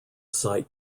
site